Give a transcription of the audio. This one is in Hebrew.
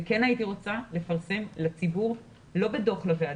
כן הייתי רוצה לפרסם לציבור, לא בדוח לוועדה,